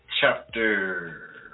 chapter